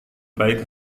baik